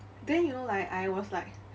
then you know like I was like